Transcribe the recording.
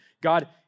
God